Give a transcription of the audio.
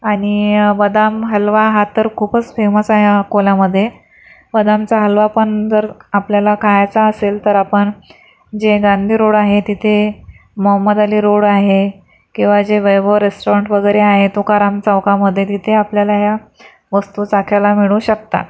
आणि बदाम हलवा हा तर खूपच फेमस आहे अकोल्यामध्ये बदामचा हलवा पण जर आपल्याला खायचा असेल तर आपण जे गांधी रोड आहे तिथे मोहम्मद अली रोड आहे किवा जे वैभव रेस्टाँरंट वगैरे आहे तुकाराम चौकामध्ये तिथे आपल्याला या वस्तू चाखायला मिळू शकतात